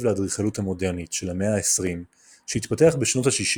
לאדריכלות המודרנית של המאה ה־20 שהתפתח בשנות ה־60